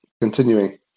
continuing